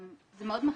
זה מאוד מכעיס.